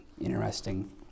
interesting